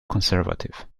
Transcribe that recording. conservative